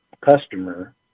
customer